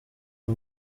uwo